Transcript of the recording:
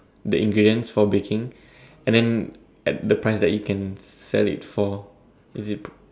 the ingredients for baking and then the price that you can sell it for is it